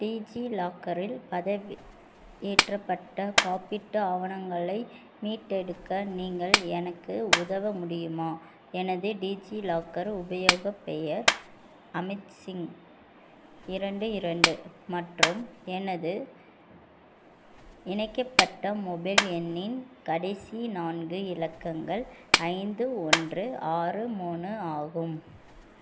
டீஜிலாக்கரில் பதவி ஏற்றப்பட்ட காப்பீட்டு ஆவணங்களை மீட்டெடுக்க நீங்கள் எனக்கு உதவ முடியுமா எனது டிஜிலாக்கர் உபயோகப்பெயர் அமித்சிங் இரண்டு இரண்டு மற்றும் எனது இணைக்கப்பட்ட மொபைல் எண்ணின் கடைசி நான்கு இலக்கங்கள் ஐந்து ஒன்று ஆறு மூணு ஆகும்